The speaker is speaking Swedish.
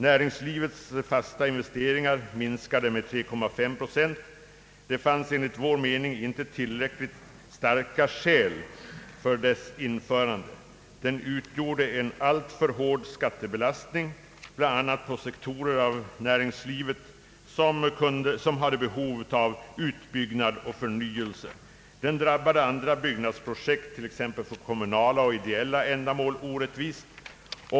Näringslivets fasta investeringar minskade med 3,5 procent. Det fanns enligt vår mening inte tillräckligt starka skäl för dess införande. Den utgjorde en alltför hård skattebelastning bland annat på sektorer av näringslivet som hade behov av utbyggnad och förnyelse. Den drabbade andra byggnadsprojekt, t.ex. för kommunala och ideella ändamål, orättvist.